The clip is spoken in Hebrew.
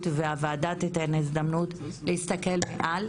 והוועדה גם היא תיתן הזדמנות להסתכל מעל.